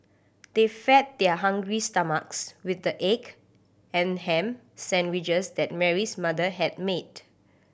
they fed their hungry stomachs with the egg and ham sandwiches that Mary's mother had made